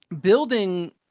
building